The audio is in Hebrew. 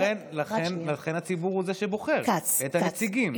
לכן הציבור הוא זה שבוחר את הנציגים,